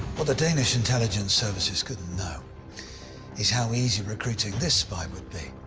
what the danish intelligence services couldn't know is how easy recruiting this spy would be,